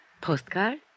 Postcard